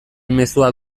mezuak